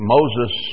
Moses